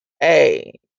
Hey